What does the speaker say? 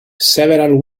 several